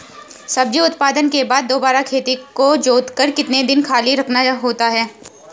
सब्जी उत्पादन के बाद दोबारा खेत को जोतकर कितने दिन खाली रखना होता है?